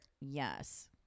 Yes